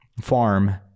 farm